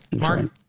Mark